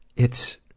it's